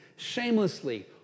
shamelessly